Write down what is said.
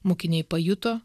mokiniai pajuto